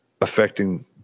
affecting